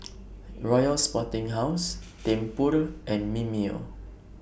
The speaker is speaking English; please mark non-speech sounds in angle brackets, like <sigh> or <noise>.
<noise> Royal Sporting House Tempur and Mimeo